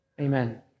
Amen